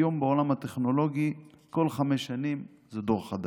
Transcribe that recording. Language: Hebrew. היום בעולם הטכנולוגי כל חמש שנים זה דור חדש.